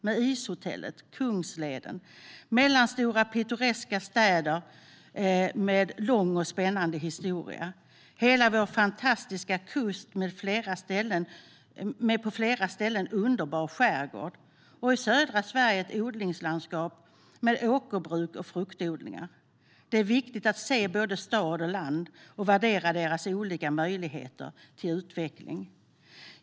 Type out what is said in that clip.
Vi har Ishotellet, Kungsleden och mellanstora pittoreska städer med lång och spännande historia. Vi har hela vår fantastiska kust med en på flera ställen underbar skärgård. I södra Sverige har vi ett odlingslandskap med åkerbruk och fruktodlingar. Det är viktigt att se både stad och land och värdera deras olika möjligheter till utveckling.